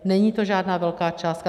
Není to žádná velká částka.